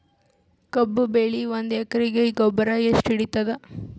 ಕಬ್ಬು ಬೆಳಿ ಒಂದ್ ಎಕರಿಗಿ ಗೊಬ್ಬರ ಎಷ್ಟು ಹಿಡೀತದ?